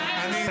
הוא משיב,